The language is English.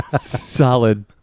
solid